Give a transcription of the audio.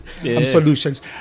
solutions